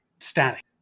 static